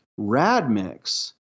Radmix